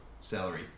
salary